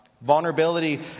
Vulnerability